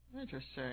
Interesting